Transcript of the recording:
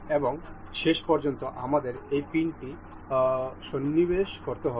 এবং শেষ পর্যন্ত আমাদের এই পিনটি সন্নিবেশ করতে হবে